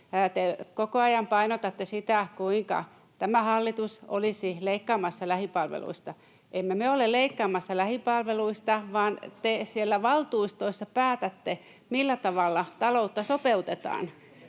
koko ajan painotatte sitä, kuinka tämä hallitus olisi leikkaamassa lähipalveluista. Emme me ole leikkaamassa lähipalveluista, vaan te siellä valtuustoissa päätätte, millä tavalla taloutta sopeutetaan.